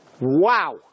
Wow